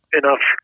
enough